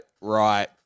Right